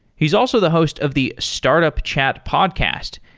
he's also the host of the startup chat podcast,